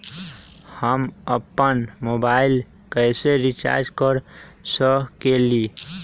हम अपन मोबाइल कैसे रिचार्ज कर सकेली?